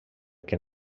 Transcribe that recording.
que